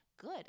Good